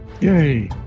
Yay